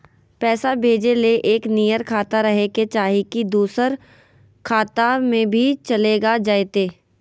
पैसा भेजे ले एके नियर खाता रहे के चाही की दोसर खाता में भी चलेगा जयते?